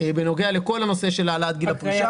בנוגע לכל הנושא של העלאת גיל הפרישה.